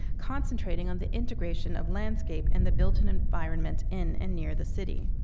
concentrating on the integration of landscape and the built and environment in and near the city.